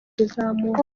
kuzamuka